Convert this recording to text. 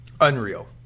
Unreal